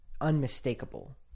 unmistakable